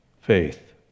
faith